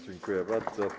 Dziękuję bardzo.